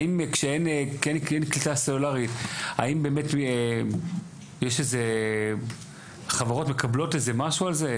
האם כשאין קליטה סלולרית חברות מקבלות איזה משהו על זה,